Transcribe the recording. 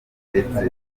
ndetse